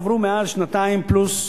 עברו מאז שנתיים פלוס,